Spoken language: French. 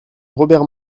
robert